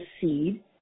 seed